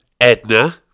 Edna